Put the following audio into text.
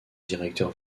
directeur